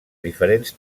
diferents